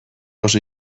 oso